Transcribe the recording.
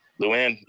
lou anne,